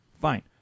fine